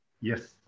yes